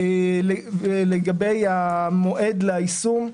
ולגבי מועד היישום,